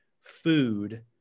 food